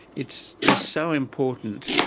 it's just so important.